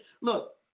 Look